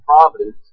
providence